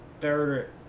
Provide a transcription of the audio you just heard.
third